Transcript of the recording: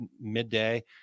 midday